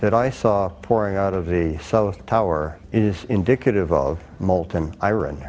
that i saw pouring out of the south tower is indicative of molten i